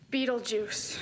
Beetlejuice